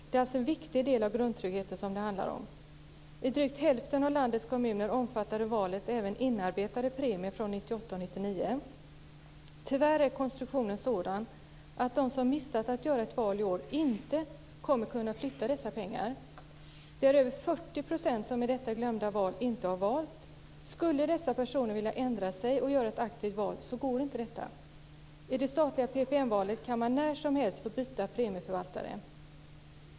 Det är alltså en viktig del av grundtryggheten som det handlar om. I drygt hälften av landets kommuner omfattade valet även inarbetade premier från 1998 och 1999. Tyvärr är konstruktionen sådan att de som missat att göra ett val i år inte kommer att kunna flytta dessa pengar. Det är över 40 % som i detta glömda val inte har valt. Skulle dessa personer vilja ändra sig och göra ett aktivt val går det inte. I det statliga PPM valet kan man när som helst få byta premieförvaltare.